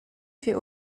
fait